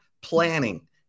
planning